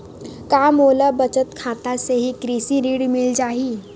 का मोला बचत खाता से ही कृषि ऋण मिल जाहि?